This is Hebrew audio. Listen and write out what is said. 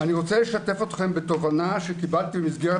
אני רוצה לשתף אתכם בתובנה שקיבלתי במסגרת